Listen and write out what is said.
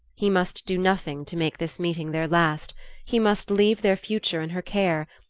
he must do nothing to make this meeting their last he must leave their future in her care,